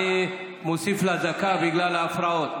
אני מוסיף לה דקה בגלל ההפרעות.